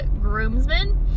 groomsmen